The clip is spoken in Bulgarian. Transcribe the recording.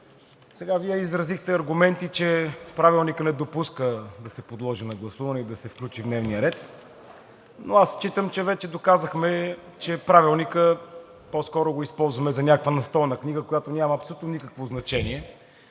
Вие изразихте аргументи, че Правилникът не допуска да се подложи на гласуване и да се включи в дневния ред, но аз считам, че вече доказахме, че Правилникът по-скоро го използваме за някаква настолна книга, която няма абсолютно никакво значение,